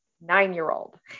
nine-year-old